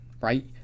right